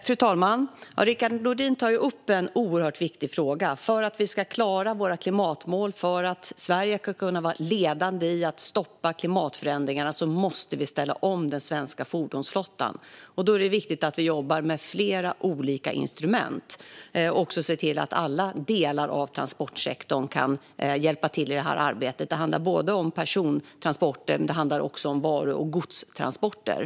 Fru talman! Rickard Nordin tar upp en oerhört viktig fråga för att vi ska klara våra klimatmål. För att Sverige ska kunna vara ledande i att stoppa klimatförändringarna måste vi ställa om den svenska fordonsflottan. Då är det viktigt att vi jobbar med flera olika instrument och att vi ser till att alla delar av transportsektorn kan hjälpa till i det här arbetet. Det handlar både om persontransporter och om varu och godstransporter.